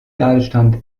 ladestand